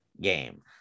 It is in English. game